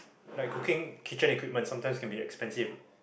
like cooking kitchen equipment sometimes can be expensive